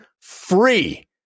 free